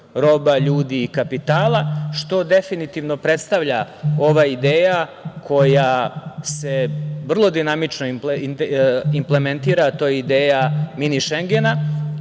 roba, ljudi i kapitala, što definitivno predstavlja ova ideja koja se vrlo dinamično implementira, a to je ideja "Mini Šengena",